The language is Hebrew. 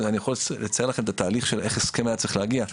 יכול לצייר להם את התהליך של איך הסכם היה צריך להגיע.